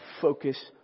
focus